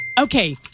Okay